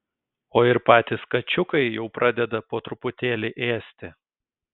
o ir patys kačiukai jau pradeda po truputėlį ėsti